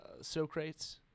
Socrates